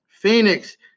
Phoenix